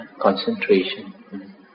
concentration